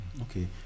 Okay